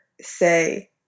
say